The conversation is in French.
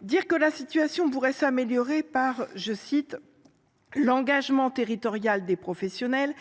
Dire que la situation pourrait s’améliorer par « l’engagement territorial des professionnels »